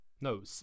No